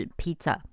pizza